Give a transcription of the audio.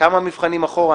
כמה מבחנים אחורה?